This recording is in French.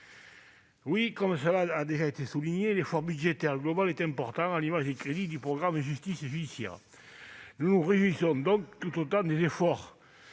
mes collègues l'ont déjà souligné, l'effort budgétaire global est important, à l'image des crédits du programme « Justice judiciaire ». Nous nous réjouissons tout autant des efforts